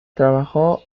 trabajó